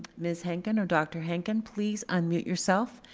ms henkin or dr. henkin, please unmute yourself,